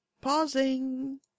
Pausing